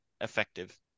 effective